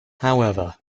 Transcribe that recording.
however